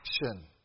action